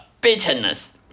bitterness